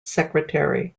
secretary